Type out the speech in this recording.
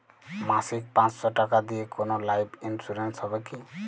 মাসিক পাঁচশো টাকা দিয়ে কোনো লাইফ ইন্সুরেন্স হবে কি?